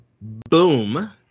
Boom